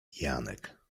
janek